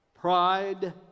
Pride